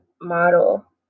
model